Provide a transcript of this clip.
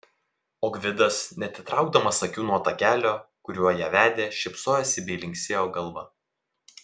o gvidas neatitraukdamas akių nuo takelio kuriuo ją vedė šypsojosi bei linksėjo galva